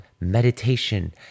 meditation